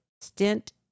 stint